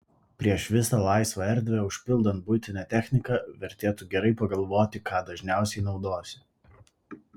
prieš visą laisvą erdvę užpildant buitine technika vertėtų gerai pagalvoti ką dažniausiai naudosi